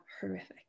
horrific